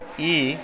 ಈ